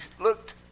looked